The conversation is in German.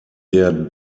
der